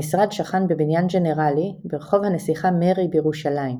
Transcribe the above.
המשרד שכן בבניין ג'נרלי ברחוב הנסיכה מרי בירושלים.